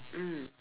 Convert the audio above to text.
mm